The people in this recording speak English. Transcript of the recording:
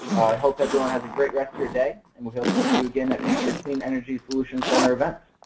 hope everyone has a great rest of your day and we hope to see you again at future clean energy solutions center event.